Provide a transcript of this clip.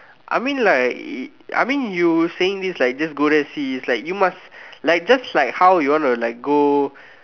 I mean like I mean you saying this like just go there see is like you must like just like how you want to like go